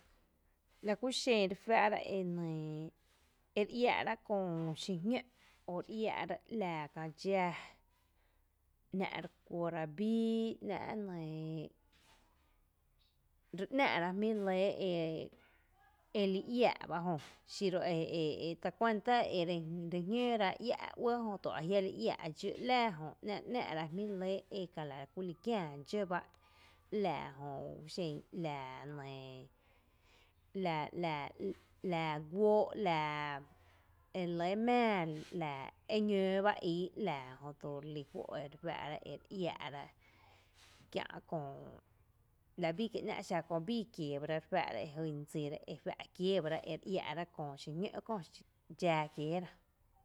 La kúxen re juⱥⱥ’ rá e nɇɇ ere iⱥⱥ’ra köö xiñǿ’ o re iⱥⱥ’ra ‘laa kää dxáa nⱥⱥ’ re kuɇra bíi ‘nⱥ’ nɇɇ re‘nⱥⱥ’ ra jmí lɇ ee li iⱥⱥ’ jö xiro e e e tacuanta ere re jñǿǿ ra iⱥ’ uɇ jö tua jia’ li iⱥⱥ’ dxǿ ´laa jö nⱥ’ re‘nⱥⱥ’ ra e jmíi’ re lɇ li kiaa dxǿ ba ‘laa jö la ku xen ‘laa nɇɇ ‘laa ‘laa ‘laa guóo’ ‘laa ere lɇ ´mⱥⱥ ‘laa, e ñǿ ba íi ‘laa jötu relí juó ere iⱥⱥ’ra kia’ köö labii kie’ ‘ná’ xa köö bii kieera re juⱥⱥ’ rá ejyn dsira e juⱥⱥ’ kiebara ere iⱥⱥ’ra köö xiñǿ’ köö dxaa kiéera.